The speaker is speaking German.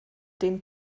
den